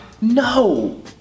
no